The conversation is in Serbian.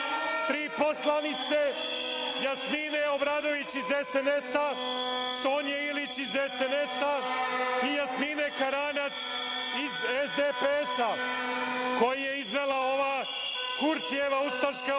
tri poslanice – Jasmine Obradović iz SNS, Sonje Ilić iz SNS i Jasmine Karanac iz SDPS koje je izvela ova Kurtijeva ustaška opozicija.